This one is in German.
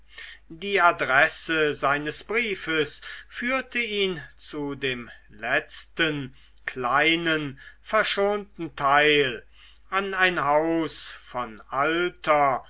die adresse seines briefes führte ihn zu dem letzten kleinen verschonten teil an ein haus von alter